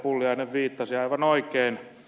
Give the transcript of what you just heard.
pulliainen viittasi aivan oikein